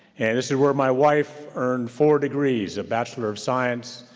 and this is where my wife earned four degrees, a bachelor of science,